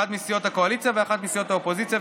אחד מסיעות הקואליציה ואחד מסיעות האופוזיציה,